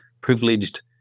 privileged